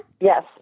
Yes